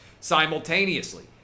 Simultaneously